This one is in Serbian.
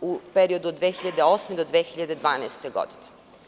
u periodu od 2008. do 2012. godine.